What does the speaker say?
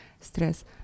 Stress